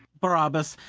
barabas,